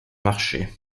marché